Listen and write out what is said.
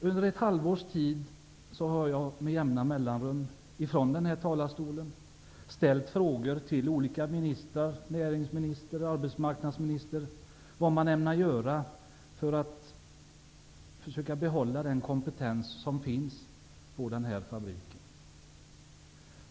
Under ett halvårs tid har jag med jämna mellanrum från denna talarstol ställt frågor till olika ministrar -- om vad de ämnar göra för att behålla den kompetens som finns på fabriken.